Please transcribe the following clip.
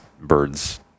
birds